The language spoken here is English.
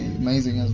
amazing